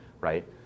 right